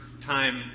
time